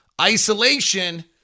Isolation